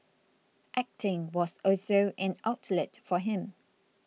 acting was also an outlet for him